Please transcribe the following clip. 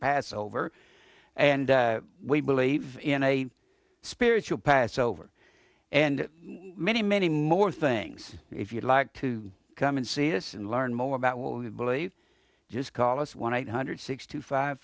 passover and we believe in a spiritual passover and many many more things if you'd like to come and see this and learn more about what we believe just call us one eight hundred six two five